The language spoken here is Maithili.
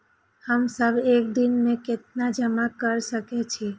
हम सब एक दिन में केतना जमा कर सके छी?